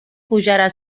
pujarà